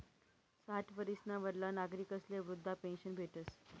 साठ वरीसना वरला नागरिकस्ले वृदधा पेन्शन भेटस